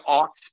ox